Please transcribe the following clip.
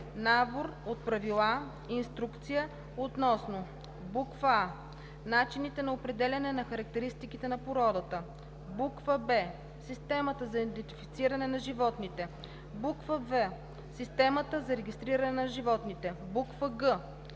набор от правила (инструкция), относно: а) начините на определяне на характеристиките на породата; б) системата за идентифициране на животните; в) системата за регистриране на животните; г)